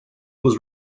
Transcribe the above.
was